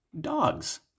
Dogs